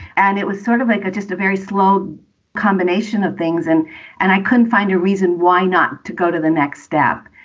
and it was sort of like a just a very slow combination of things. and and i couldn't find a reason why not to go to the next step.